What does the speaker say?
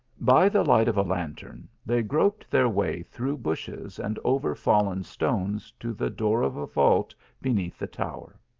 by the light of a lantern, they groped their way through bushes, and over fallen stones, to the door of a vault beneath the tower.